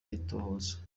itohoza